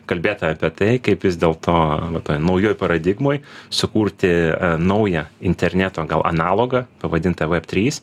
kalbėta apie tai kaip vis dėlto toj naujoj paradigmoj sukurti naują interneto gal analogą pavadintą veb trys